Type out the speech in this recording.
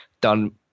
done